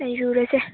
ꯅꯩꯔꯨꯔꯁꯦ